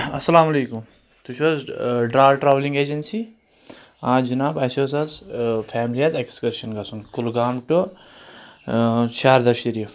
اَسَلام اَعلیکُم تُہۍ چھُو حَظ ڈار ٹریولنِٛگ اَیجَنسی آ جِناب اَسہِ اوس آز فیملی حَظ اؠکٕسکَرشَن گژھن کُلگام ٹو شاردا شریٖف